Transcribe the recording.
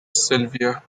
sylvia